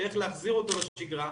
באיך להחזיר אותו לשגרה.